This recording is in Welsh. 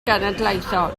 genedlaethol